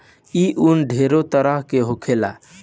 ई उन ढेरे तरह के होखेला